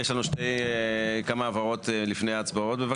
יש לנו כמה הבהרות לפני ההצבעות בבקשה.